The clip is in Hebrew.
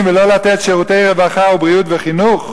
ולא לתת שירותי רווחה ובריאות וחינוך,